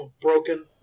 broken